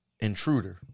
Intruder